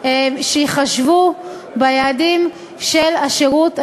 שייחשבו ביעדים של השירות האזרחי.